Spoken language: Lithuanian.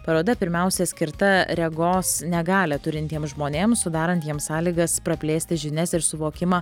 paroda pirmiausia skirta regos negalią turintiems žmonėms sudarantiems sąlygas praplėsti žinias ir suvokimą